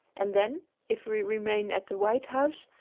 and then, if we remain at the white house,